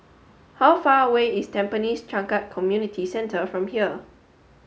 how far away is Tampines Changkat Community Centre from here